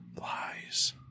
Lies